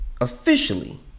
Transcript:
officially